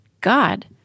God